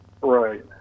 Right